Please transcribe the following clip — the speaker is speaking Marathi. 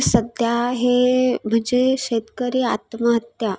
सध्या हे म्हणजे शेतकरी आत्महत्या